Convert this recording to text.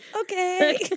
Okay